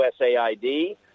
USAID